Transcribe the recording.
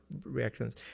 reactions